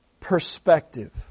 perspective